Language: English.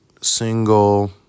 single